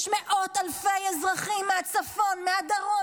יש מאות אלפי אזרחים המפונים מהצפון ומהדרום,